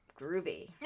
Groovy